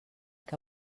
que